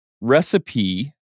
recipe